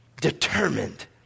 Determined